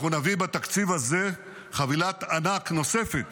אנחנו נביא בתקציב הזה חבילת ענק נוספת